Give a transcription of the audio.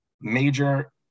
major